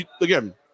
again